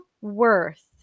worth